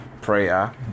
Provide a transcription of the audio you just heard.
prayer